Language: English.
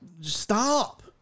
stop